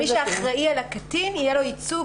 למי שאחראי על הקטין יהיה ייצוג,